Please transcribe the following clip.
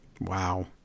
Wow